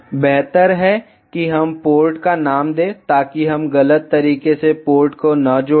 vlcsnap 2018 09 20 15h09m56s593 बेहतर है कि हम पोर्ट का नाम दें ताकि हम गलत तरीके से पोर्ट को न जोड़ें